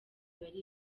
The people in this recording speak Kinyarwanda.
bari